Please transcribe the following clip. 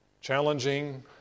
challenging